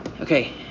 okay